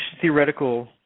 theoretical